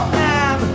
man